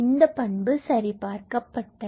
இந்த பண்பு சரிபார்க்கப்பட்டது